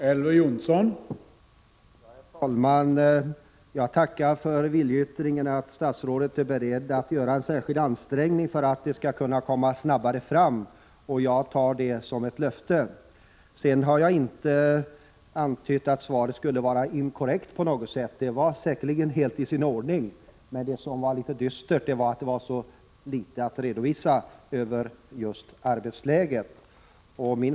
Herr talman! Jag tackar för viljeyttringen att statsrådet är beredd att göra en särskild ansträngning för att en redovisning skall kunna komma fram snabbare. Jag tar det som ett löfte. Sedan har jag inte antytt att svaret skulle vara på något sätt inkorrekt. Det var säkerligen helt i sin ordning. Det som var litet dystert var att det fanns så litet att redovisa i fråga om arbetsläget.